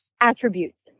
attributes